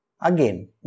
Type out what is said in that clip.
again